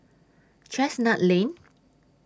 Chestnut Lane